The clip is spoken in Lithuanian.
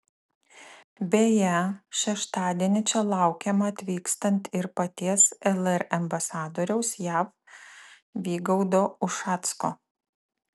beje šeštadienį čia laukiamą atvykstant ir paties lr ambasadoriaus jav vygaudo ušacko